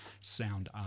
sound